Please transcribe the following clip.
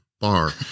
bar